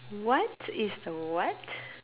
what is the what